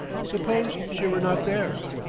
suppose she were not there!